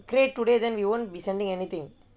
create today then we won't be sending anything